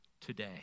today